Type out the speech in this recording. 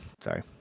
sorry